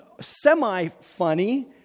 semi-funny